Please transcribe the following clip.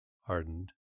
hardened